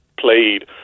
Played